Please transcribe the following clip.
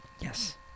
Yes